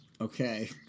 Okay